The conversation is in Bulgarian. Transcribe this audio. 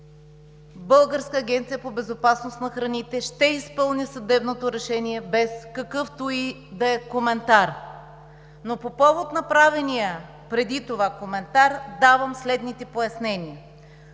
Българската агенция по безопасност на храните ще изпълни съдебното решение без какъвто и да е коментар, но по повод направения преди това коментар давам следните пояснения.